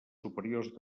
superiors